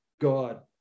God